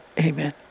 Amen